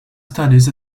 studies